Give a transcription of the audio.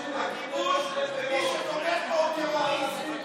מי שתומך בו טרוריסט.